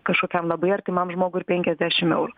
kažkokiam labai artimam žmogui ir penkiasdešim eurų